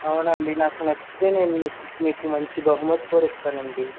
అవునండీ నాకు నచ్చితే నేను మీకు మీకు మంచి బహుమతి కూడా ఇస్తానండీ